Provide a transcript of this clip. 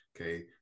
okay